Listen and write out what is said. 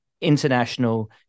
international